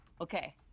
Okay